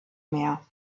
mehr